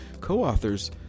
co-authors